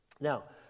Now